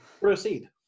proceed